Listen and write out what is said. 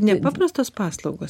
nepaprastos paslaugos